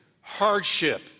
hardship